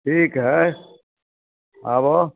ठीक हए आबऽ